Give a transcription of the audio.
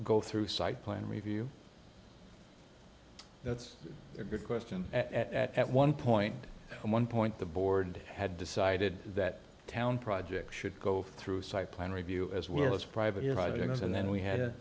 go through site plan review that's a good question at one point one point the board had decided that town projects should go through site plan review as well as private erogenous and then we had